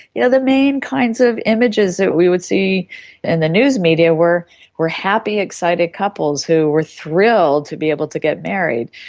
yeah the main kinds of images that we would see in the news media were were happy, excited couples who were thrilled to be able to get married.